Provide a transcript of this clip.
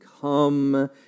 Come